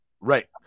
right